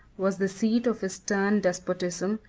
was the seat of his stern despotism,